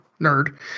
nerd